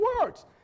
words